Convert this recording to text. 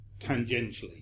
tangentially